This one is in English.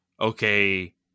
okay